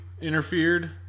interfered